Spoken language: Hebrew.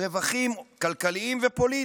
רווחים כלכליים ופוליטיים.